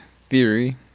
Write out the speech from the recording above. Theory